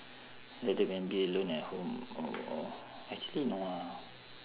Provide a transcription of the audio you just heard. like that then be alone at home or or actually no lah